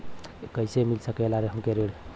कइसे मिल सकेला हमके ऋण?